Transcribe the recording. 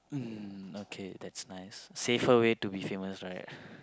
mm okay that's nice safer way to be famous right